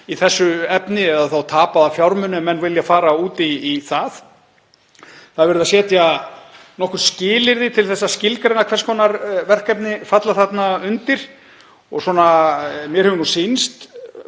í þessu efni eða tapaða fjármuni ef menn vilja fara út í það. Það er verið að setja nokkur skilyrði til að skilgreina hvers konar verkefni falla þarna undir og mér hefur sýnst,